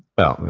well,